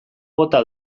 bota